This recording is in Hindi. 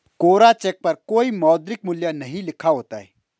कोरा चेक पर कोई मौद्रिक मूल्य नहीं लिखा होता है